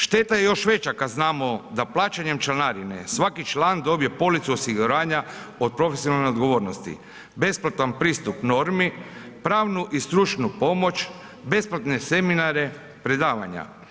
Šteta je još veća kad znamo da plaćanjem članarine svaki član dobije policu osiguranja od profesionalne odgovornosti, besplatan pristup normi, pravnu i stručnu pomoć, besplatne seminare, predavanja.